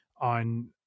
on